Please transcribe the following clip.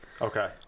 okay